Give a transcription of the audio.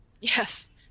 Yes